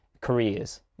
careers